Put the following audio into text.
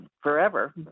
forever